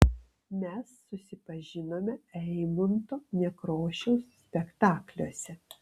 mes susipažinome eimunto nekrošiaus spektakliuose